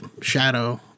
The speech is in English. Shadow